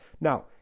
Now